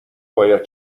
باید